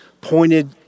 pointed